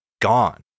gone